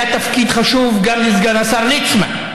היה תפקיד חשוב גם לסגן השר ליצמן,